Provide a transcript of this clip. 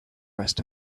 rest